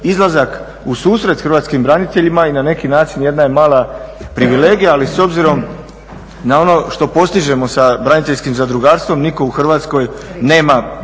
izlazak u susret Hrvatskim braniteljima i na neki način jedna je mala privilegija, ali s obzirom na ono što postižemo sa braniteljskim zadrugarstvom nitko u Hrvatskoj nema